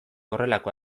horrelako